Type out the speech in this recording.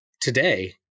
today